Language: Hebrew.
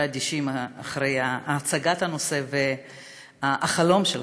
אי-אפשר להישאר אדישים אחרי הצגת הנושא והחלום שלך,